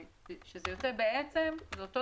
זה יוצא בעצם אותו דבר,